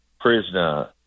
prisoner